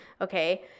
okay